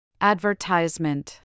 Advertisement